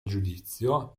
giudizio